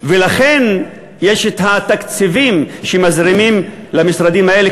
ולכן יש תקציבים שמזרימים למשרדים האלה,